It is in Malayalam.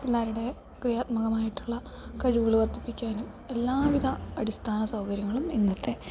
പിള്ളേരുടെ ക്രിയാത്മകമായിട്ടുള്ള കഴിവുകൾ വർദ്ധിപ്പിക്കാനും എല്ലാവിധ അടിസ്ഥാന സൗകര്യങ്ങളും ഇന്നത്തെ